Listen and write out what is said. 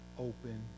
Open